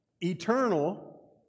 eternal